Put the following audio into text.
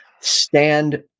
stand